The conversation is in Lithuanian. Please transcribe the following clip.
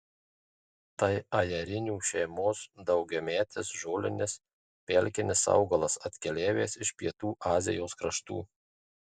tai ajerinių šeimos daugiametis žolinis pelkinis augalas atkeliavęs iš pietų azijos kraštų